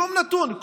שום נתון.